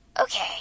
Okay